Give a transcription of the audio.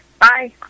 bye